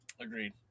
Agreed